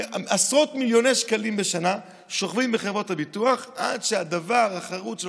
עשרות מיליוני שקלים בשנה שוכבים בחברות הביטוח עד שהדוור החרוץ של